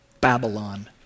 Babylon